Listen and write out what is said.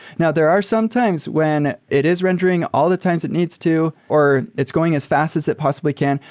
now, there are sometimes when it is rendering all the times it needs to, or it's going as fast as it possibly can,